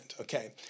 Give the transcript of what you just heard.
Okay